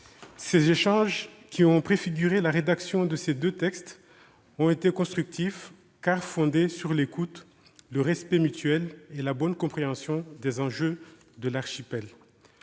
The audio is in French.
Ces échanges, qui ont préfiguré la rédaction de ces deux textes, ont été constructifs, car fondés sur l'écoute, le respect mutuel et la bonne compréhension des enjeux de l'archipel.